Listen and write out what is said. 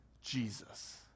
Jesus